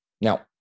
Now